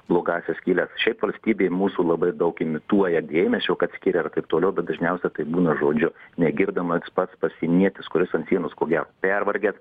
blogąsias skyles šiaip valstybei mūsų labai daug imituoja dėmesio kad skiria ir taip toliau bet dažniausia tai būna žodžiu negirdimas pats pasienietis kuris ant sienos ko gero pervargęs